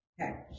okay